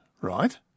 right